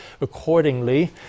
Accordingly